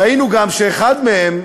ראינו גם שאחד מהם,